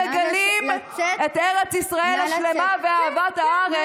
אתם מגלים את ארץ ישראל השלמה ואהבת הארץ,